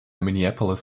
minneapolis